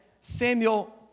Samuel